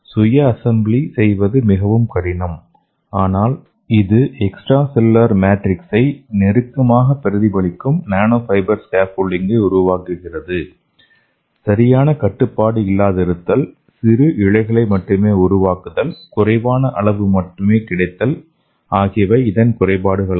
சுய அசெம்பிளி செய்வது மிகவும் கடினம் ஆனால் இது எக்ஸ்ட்ரா செல்லுலார் மேட்ரிக்ஸை நெருக்கமாக பிரதிபலிக்கும் நானோ ஃபைபர் ஸ்கேபோல்டிங்கை உருவாக்குகிறது சரியான கட்டுப்பாடு இல்லாதிருத்தல் சிறு இழைகளை மட்டுமே உருவாக்குதல் குறைவான அளவு மட்டுமே கிடைத்தல் ஆகியவை இதன் குறைபாடுகளாகும்